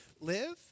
live